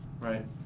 right